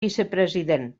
vicepresident